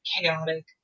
chaotic